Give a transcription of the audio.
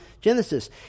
Genesis